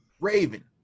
Raven